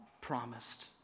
promised